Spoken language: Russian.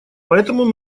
поэтому